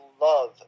love